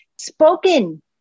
spoken